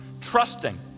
trusting